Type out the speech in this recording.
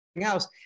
else